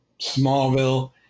Smallville